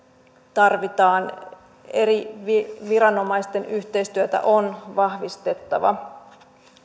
tarvitaan eri viranomaisten yhteistyötä on vahvistettava